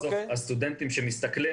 הסטודנטים שמסתכלים